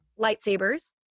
lightsabers